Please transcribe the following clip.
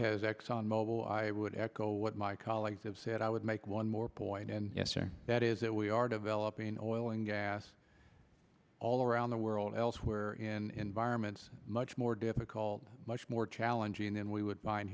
has exxon mobil i would echo what my colleagues have said i would make one more point and that is that we are developing oil and gas all around the world elsewhere in vironment much more difficult much more challenging than we would